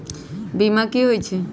बीमा कि होई छई?